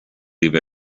leave